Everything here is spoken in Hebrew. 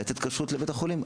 לתת כשרות לבית החולים.